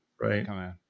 Right